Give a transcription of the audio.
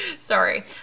Sorry